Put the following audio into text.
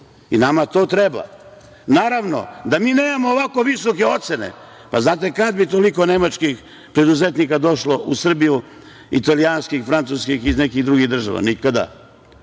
I nama to treba. Naravno da mi nemamo ovako visoke ocene, pa znate kada bi toliko nemačkih preduzetnika došlo u Srbiju, italijanskih, francuskih i iz nekih drugih država. Nikada.